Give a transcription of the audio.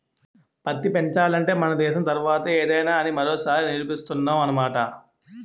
పత్తి పెంచాలంటే మన దేశం తర్వాతే ఏదైనా అని మరోసారి నిరూపిస్తున్నావ్ అన్నమాట